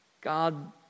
God